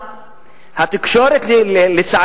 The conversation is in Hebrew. אבל הגדול,